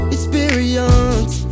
Experience